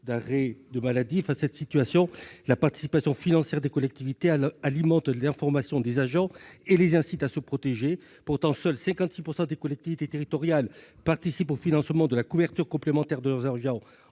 d'arrêt maladie. Face à cette situation, la participation financière des collectivités alimente l'information des agents et les incite à se protéger. Pourtant, 56 % des collectivités territoriales seulement participent au financement de la couverture complémentaire de leurs agents